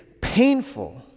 painful